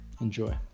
Enjoy